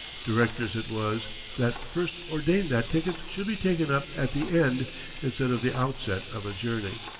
directors it was that first ordained that tickets should be taken up at the end instead of the outset of a journey.